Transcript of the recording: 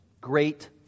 great